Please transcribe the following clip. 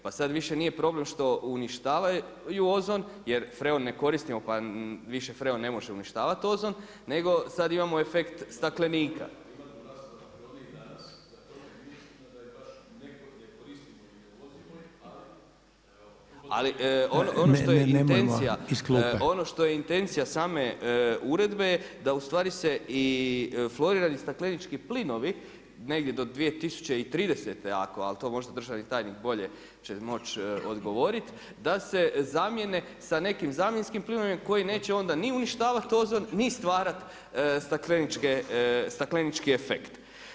Pa sada više nije problem što uništavaju ozon, jer freon ne koristimo pa više freon ne može uništavati ozon nego sada imamo efekt staklenika. … [[Upadica se ne čuje.]] [[Upadica akademik Reiner: Ne, ne, nemojmo iz klupe.]] Ali ono što je intencija same uredbe da ustvari se i florirani ste florirani staklenički plinovi negdje do 2030. ako, ali to možda državni tajnik bolje će moći odgovoriti da se zamjene sa nekim zamjenskim plinovima koji neće onda ni uništavati ozon ni stvarati staklenički efekt.